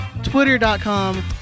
Twitter.com